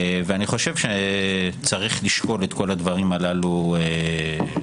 אני חושב שצריך לשקול את כל הדברים הללו היטב.